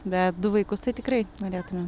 bet du vaikus tai tikrai norėtumėm